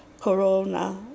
corona